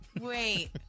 Wait